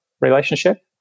relationship